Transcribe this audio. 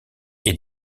est